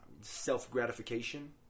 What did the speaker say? self-gratification